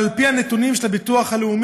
אבל על פי הנתונים של הביטוח הלאומי,